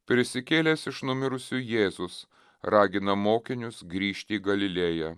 prisikėlęs iš numirusių jėzus ragina mokinius grįžti į galilėją